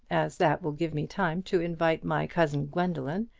as that will give me time to invite my cousin gwendoline,